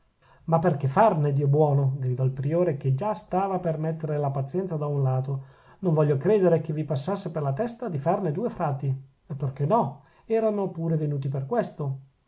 ma per che farne dio buono gridò il priore che già stava per mettere la pazienza da un lato non voglio credere che vi passasse per la testa di farne due frati e perchè no erano pure venuti per questo